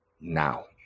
now